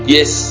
Yes